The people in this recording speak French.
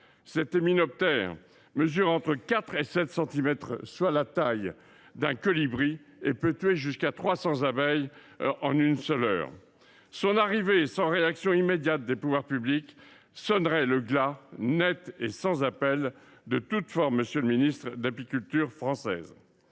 Cet hyménoptère mesure entre quatre et sept centimètres, soit la taille d’un colibri, et peut tuer jusqu’à 300 abeilles en une seule heure. Son arrivée, sans réaction immédiate des pouvoirs publics, sonnerait le glas net et sans appel de toute forme d’apiculture française.